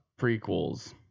prequels